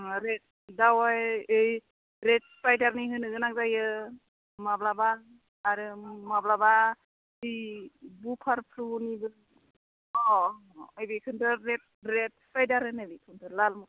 आरो दावाइ ओइ रेड सिफाइडारनि होनो गोनां जायो माब्लाबा आरो माब्लाबा ओइ बुकारफ्लुनिबो अ बिखोनथ' रेड सिपाइडार होनो बिखौनथ' लाल